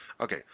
Okay